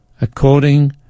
according